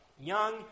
young